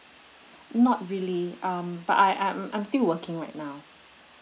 not really um but I I'm I'm still working right now